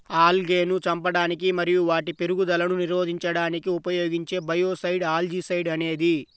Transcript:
ఆల్గేను చంపడానికి మరియు వాటి పెరుగుదలను నిరోధించడానికి ఉపయోగించే బయోసైడ్ ఆల్జీసైడ్ అనేది